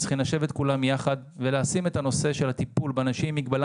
צריכים כולם לשבת יחד ולשים את הנושא של הטיפול באנשים עם מגבלה